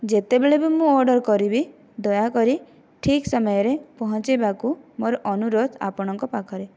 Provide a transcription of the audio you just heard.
ଯେତେବେଳେ ବି ମୁଁ ଅର୍ଡ଼ର କରିବି ଦୟାକରି ଠିକ ସମୟରେ ପହଞ୍ଚାଇବାକୁ ମୋର ଅନୁରୋଧ ଆପଣଙ୍କ ପାଖରେ